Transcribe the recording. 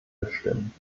bestimmen